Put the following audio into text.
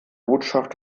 botschaft